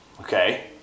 okay